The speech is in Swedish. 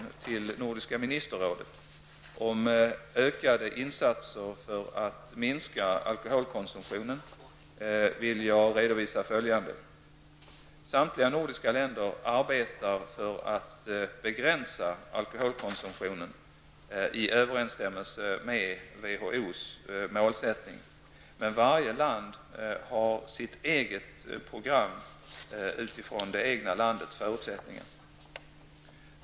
Nordiska ministerrådet om ökade insatser för att minska alkoholkonsumtionen vill jag redovisa följande: Samtliga nordiska länder arbetar för att begränsa alkoholkonsumtionen i överensstämmelse med WHOs målsättning, men varje land har sitt eget program utifrån det egna landets förutsättningar.